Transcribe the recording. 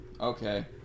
Okay